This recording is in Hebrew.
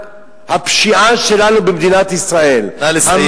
הפשיעה שלנו במדינת ישראל, נא לסיים.